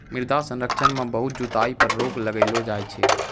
मृदा संरक्षण मे बहुत जुताई पर रोक लगैलो जाय छै